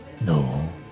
No